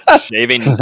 Shaving